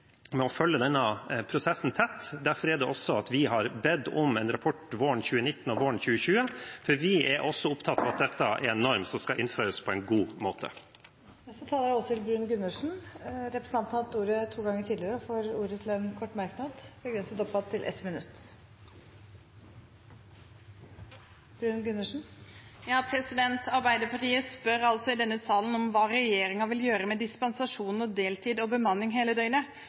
å følge denne prosessen tett. Derfor har vi bedt om en rapport våren 2019 og våren 2020, for vi er også opptatt av at dette er en norm som skal innføres på en god måte. Representanten Åshild Bruun-Gundersen har hatt ordet to ganger tidligere og får ordet til en kort merknad, begrenset til 1 minutt. Arbeiderpartiet spør altså i denne salen om hva regjeringen vil gjøre med dispensasjonen og deltid og bemanning hele døgnet.